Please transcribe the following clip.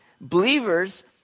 believers